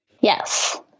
Yes